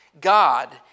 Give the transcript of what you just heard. God